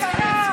מה קרה?